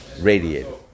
radiated